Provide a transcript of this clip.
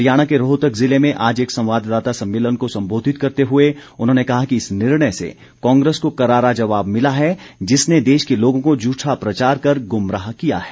हरियाणा के रोहतक जिले में आज एक संवाददाता सम्मेलन को संबोधित करते हुए उन्होंने कहा कि इस निर्णय से कांग्रेस को करारा जवाब मिला है जिसने देश के लोगों को झूठा प्रचार कर गुमराह किया है